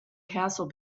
castle